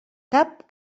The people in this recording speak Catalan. cap